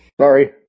Sorry